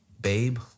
Babe